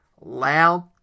Loud